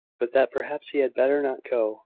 but that perhaps he had better not go,